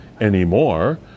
anymore